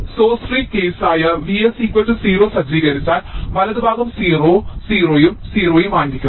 source free case ആയ Vs0 സജ്ജീകരിച്ചാൽ വലതുഭാഗം 0 0 ഉം 0 ഉം ആയിരിക്കും